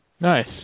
Nice